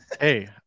Hey